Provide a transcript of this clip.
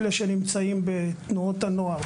שנמצאים בתנועות הנוער,